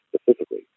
specifically